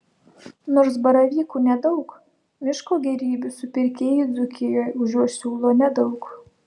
nors baravykų nedaug miško gėrybių supirkėjai dzūkijoje už juos siūlo nedaug